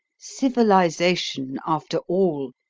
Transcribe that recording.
civilisation, after all,